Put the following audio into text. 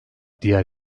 diğer